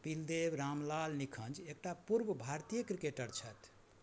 पिलदेव रामलाल निखङ्ज एकटा पूर्व भारतीय क्रिकेटर छथि